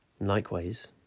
Likewise